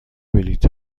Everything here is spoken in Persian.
بلیط